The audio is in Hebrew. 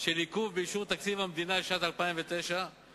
של עיכוב באישור תקציב המדינה לשנת 2009 וההשפעות